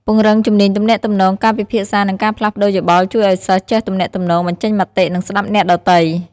ពង្រឹងជំនាញទំនាក់ទំនង ការពិភាក្សា និងការផ្លាស់ប្ដូរយោបល់ជួយឲ្យសិស្សចេះទំនាក់ទំនង បញ្ចេញមតិ និងស្ដាប់អ្នកដទៃ។